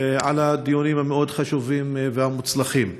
על הדיונים המאוד-חשובים והמוצלחים.